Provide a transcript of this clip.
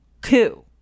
coup